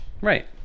Right